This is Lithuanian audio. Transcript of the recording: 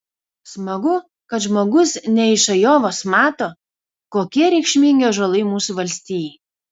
smagu kad žmogus ne iš ajovos mato kokie reikšmingi ąžuolai mūsų valstijai